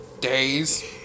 days